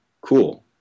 Cool